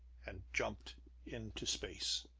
and jumped into space.